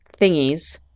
thingies